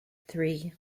three